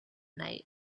night